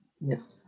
yes